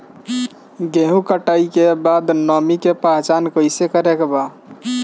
गेहूं कटाई के बाद नमी के पहचान कैसे करेके बा?